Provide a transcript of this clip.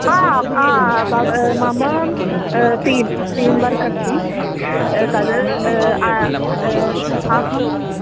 आ आ भव् मम टीम् टीम् वर्क् अस्ति तद् अहम्